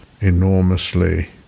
enormously